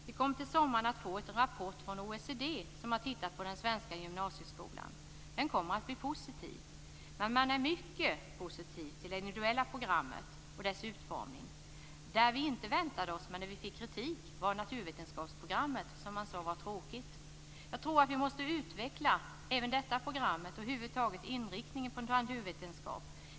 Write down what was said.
Vi kommer till sommaren att få en rapport från OECD, som har tittat på den svenska gymnasieskolan. Denna kommer att bli positiv. Man är mycket positiv till det individuella programmet och dess utformning. Det vi däremot får kritik för, vilket vi inte hade väntat oss, är naturvetenskapsprogrammet, som man säger är tråkigt. Jag tror att vi måste utveckla även detta program och över huvud taget inriktningen på naturvetenskap.